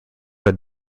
had